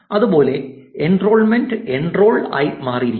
അതുപോലെ enrolment enrol ആയി മാറിയിരിക്കുന്നു